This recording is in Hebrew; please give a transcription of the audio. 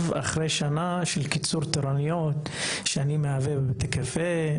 אחרי שנה של קיצור תורנויות: שאני מבלה בבתי קפה,